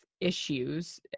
issues